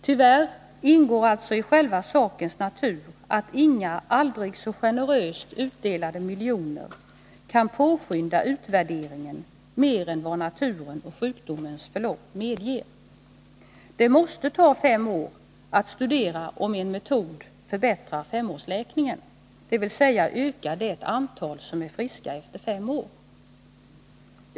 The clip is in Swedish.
Tyvärr ingår alltså i själva sakens natur att inga aldrig så generöst utdelade miljoner kan påskynda utvärderingen mer än vad naturen och sjukdomens förlopp medger. Det måste ta fem år att utröna om en viss metod ger resultat, dvs. hur många av de behandlade som är friska då.